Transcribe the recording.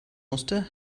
musste